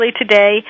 today